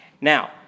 Now